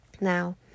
now